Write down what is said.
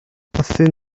thin